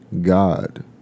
God